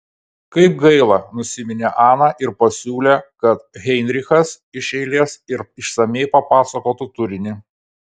kaip gaila nusiminė ana ir pasiūlė kad heinrichas iš eilės ir išsamiai papasakotų turinį